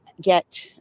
get